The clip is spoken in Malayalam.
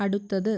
അടുത്തത്